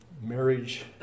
marriage